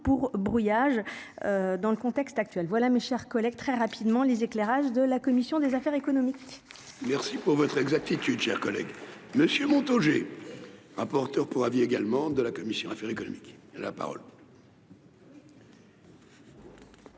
pour brouillage dans le contexte actuel, voilà, mes chers collègues, très rapidement, les éclairages de la commission des affaires économiques. Merci pour votre exactitude cher collègue Monsieur Montaugé, rapporteur pour avis également de la commission affaires économiques la parole.